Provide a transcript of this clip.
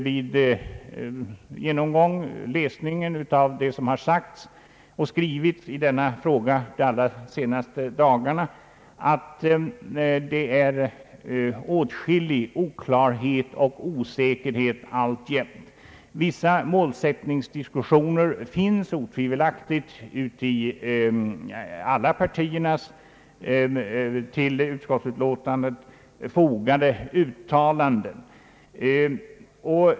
Vid läsningen av det som har sagts och skrivits i denna fråga de allra senaste dagarna tycker jag att det alltjämt råder åtskillig oklarhet och osäkerhet. Vissa målsättningsdiskussioner förekommer otvivelaktigt i alla partiers till utskottsutlåtandet fogade uttalanden.